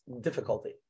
difficulty